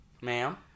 ma'am